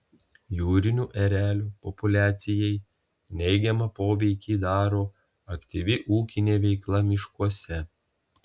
jūrinių erelių populiacijai neigiamą poveikį daro aktyvi ūkinė veikla miškuose